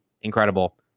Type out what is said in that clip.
incredible